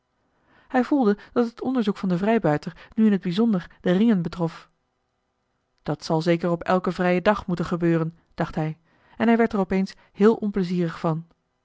hij voelde dat het onderzoek van den vrijbuiter nu in t bijzonder de ringen betrof dat zal zeker op elken vrijen dag moeten gebeuren dacht hij en hij werd er opeens heel onplezierig van